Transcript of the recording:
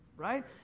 right